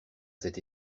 cet